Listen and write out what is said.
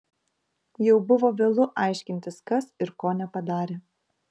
jau buvo vėlu aiškintis kas ir ko nepadarė